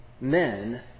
men